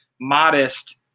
Modest